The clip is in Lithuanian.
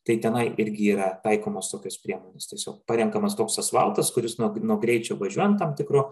tai tenai irgi yra taikomos tokios priemonės tiosiog parenkamas toks asfaltas kuris nuo nuo greičiu važiuojant tam tikru